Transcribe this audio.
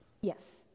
yes